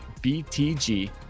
BTG